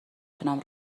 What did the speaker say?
تونم